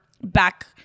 back